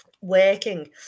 working